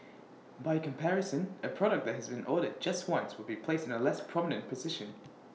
by comparison A product that has been ordered just once would be placed in A less prominent position